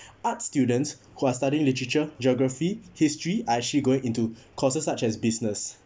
arts students who are studying literature geography history are actually going into courses such as business